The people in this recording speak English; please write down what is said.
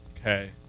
Okay